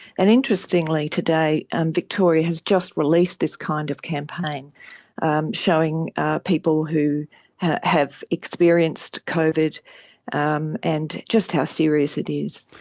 and interestingly today and victoria has just released this kind of campaign and showing people who have experienced covid and and just how serious it is.